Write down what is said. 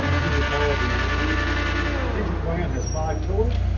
if you'll recall, the strategic plan has five pillars,